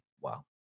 wow